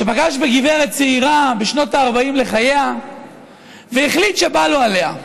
שפגש בגברת צעירה בשנות ה-40 לחייה והחליט שבא לו עליה.